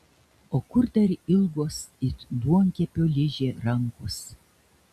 o kur dar ilgos it duonkepio ližė rankos